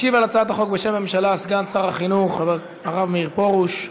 משיב על הצעת החוק בשם הממשלה סגן שר החינוך הרב מאיר פרוש.